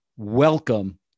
welcome